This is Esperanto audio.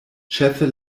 ĉefe